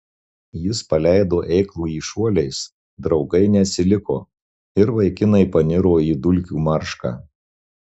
jis paleido eiklųjį šuoliais draugai neatsiliko ir vaikinai paniro į dulkių maršką